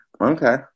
Okay